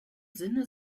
sinne